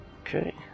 Okay